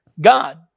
God